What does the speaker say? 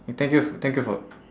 thank you f~ thank you for